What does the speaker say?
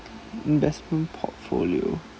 investment portfolio